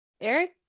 Eric